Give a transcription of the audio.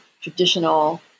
traditional